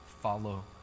follow